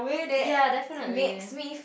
ya definitely